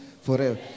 forever